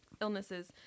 illnesses